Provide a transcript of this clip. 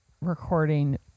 recording